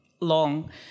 long